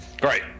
Great